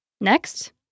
Next